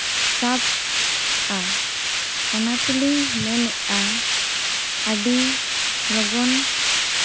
ᱥᱟᱵᱼᱟ ᱚᱱᱟᱛᱮᱞᱤᱧ ᱢᱮᱱᱮᱜᱼᱟ ᱟᱹᱰᱤ ᱞᱚᱜᱚᱱ